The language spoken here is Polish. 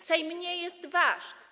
Sejm nie jest wasz.